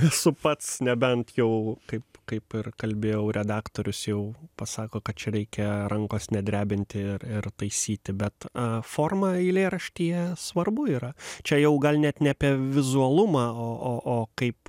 esu pats nebent jau kaip kaip ir kalbėjau redaktorius jau pasako kad čia reikia rankos nedrebinti ir ir taisyti bet forma eilėraštyje svarbu yra čia jau gal net ne apie vizualumą o o o kaip